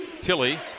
Tilly